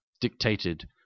dictated